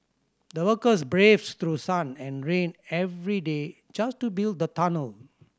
the workers braved through sun and rain every day just to build the tunnel